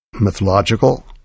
mythological